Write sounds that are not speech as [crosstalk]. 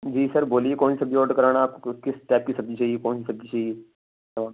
جی sir بولیے کون سی سبزی آڈر کرانا ہے آپ کو کس ٹائپ کی سبزی چاہیے کون سی سبزی چاہیے [unintelligible]